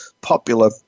popular